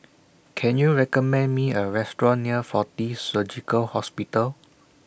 Can YOU recommend Me A Restaurant near Fortis Surgical Hospital